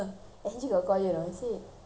ya I got a missed call from her